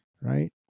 right